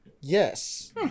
yes